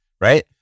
right